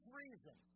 reason